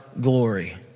glory